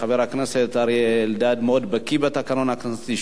חבר הכנסת אריה אלדד מאוד בקי בתקנון הכנסת,